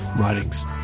writings